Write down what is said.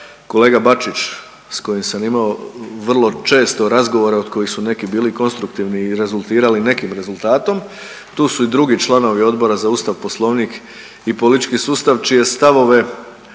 kolega Bačić s kojim sam imao vrlo često razgovore od kojih su neki bili konstruktivni i rezultirali nekim rezultatom. Tu su i drugi članovi Odbora za Ustav, Poslovnik i politički sustav čije stavove